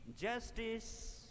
justice